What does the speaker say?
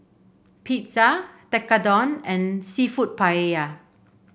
Pizza Tekkadon and seafood Paella